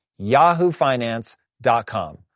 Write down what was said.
yahoofinance.com